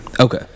Okay